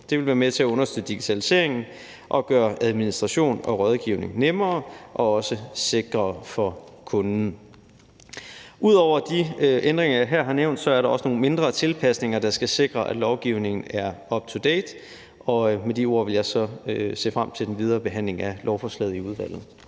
Det vil være med til at understøtte digitaliseringen og gøre administration og rådgivning nemmere og også sikrere for kunden. Ud over de ændringer, jeg her har nævnt, er der også nogle mindre tilpasninger, der skal sikre, at lovgivningen er up to date. Med de ord vil jeg så se frem til den videre behandling af lovforslaget i udvalget.